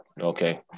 Okay